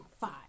five